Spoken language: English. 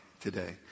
today